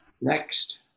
Next